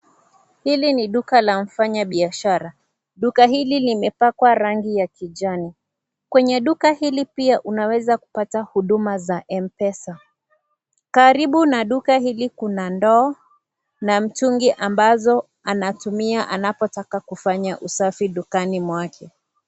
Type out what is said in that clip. Hili ni duka la mfanyabiashara. Duka hili limepakwa rangi ya kijani. Kwenye duka hili pia unaweza kupata huduma za M-Pesa. Karibu na duka hili kuna ndoo na mtungi ambazo anatumia anapotaka kufanya usafi dukani mwake.